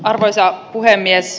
arvoisa puhemies